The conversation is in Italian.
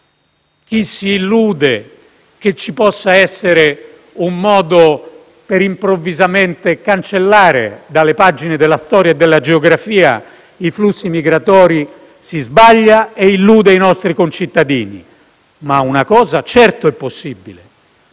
Chi si illude che ci possa essere un modo per cancellare improvvisamente dalle pagine della storia e della geografia i flussi migratori si sbaglia e illude i nostri concittadini. Una cosa certo, è possibile: